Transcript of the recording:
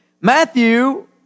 Matthew